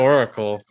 Oracle